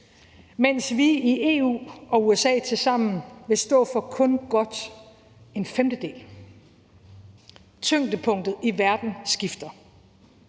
mens vi i EU og USA tilsammen vil stå for kun godt en femtedel. Tyngdepunktet i verden skifter.